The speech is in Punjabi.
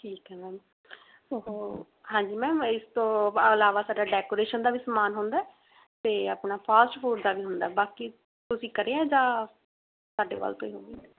ਠੀਕ ਹੈ ਮੈਮ ਉਹ ਹਾਂਜੀ ਮੈਮ ਇਸ ਤੋਂ ਇਲਾਵਾ ਸਾਡਾ ਡੈਕੋਰੇਸ਼ਨ ਦਾ ਵੀ ਸਾਮਾਨ ਹੁੰਦਾ ਹੈ ਅਤੇ ਆਪਣਾ ਫ਼ਾਸਟ ਫ਼ੂਡ ਦਾ ਵੀ ਹੁੰਦਾ ਹੈ ਬਾਕੀ ਤੁਸੀਂ ਕਰਿਆ ਹੈ ਜਾਂ ਸਾਡੇ ਵੱਲ ਤੋਂ ਹੀ ਹੋਏਗਾ